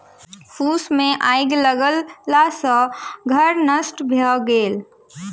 फूस मे आइग लगला सॅ घर नष्ट भ गेल